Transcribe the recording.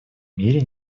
мире